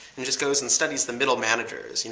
and just goes and studies the middle managers.